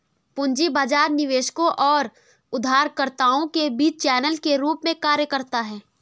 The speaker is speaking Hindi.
पूंजी बाजार निवेशकों और उधारकर्ताओं के बीच चैनल के रूप में कार्य करता है